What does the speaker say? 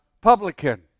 publican